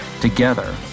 Together